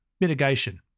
mitigation